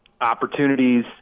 opportunities